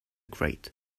grate